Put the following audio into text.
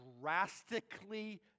drastically